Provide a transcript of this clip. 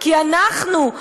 כי אנחנו,